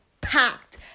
packed